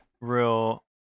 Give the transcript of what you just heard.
Real